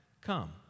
come